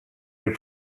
les